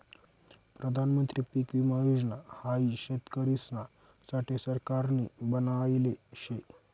प्रधानमंत्री पीक विमा योजना हाई शेतकरिसना साठे सरकारनी बनायले शे